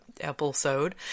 episode